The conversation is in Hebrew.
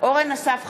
אורן אסף חזן,